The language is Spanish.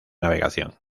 navegación